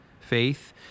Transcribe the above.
faith